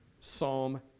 Psalm